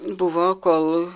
buvo kol